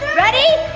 ready?